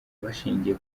bashingiye